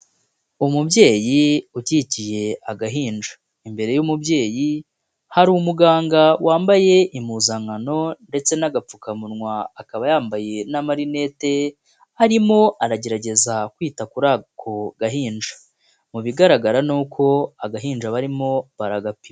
Umubyeyi ukikiye agahinja, imbere y'umubyeyi hari umuganga wambaye impuzankano ndetse n'agapfukamunwa, akaba yambaye n'amarinete arimo aragerageza kwita kuri ako gahinja, mu bigaragara ni uko agahinja barimo baragapima.